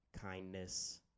kindness